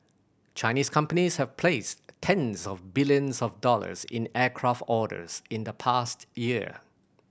Chinese companies have placed tens of billions of dollars in aircraft orders in the past year